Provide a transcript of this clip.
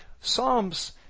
Psalms